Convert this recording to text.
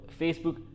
facebook